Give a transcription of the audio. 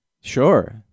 Sure